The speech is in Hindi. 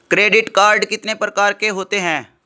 क्रेडिट कार्ड कितने प्रकार के होते हैं?